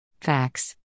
Facts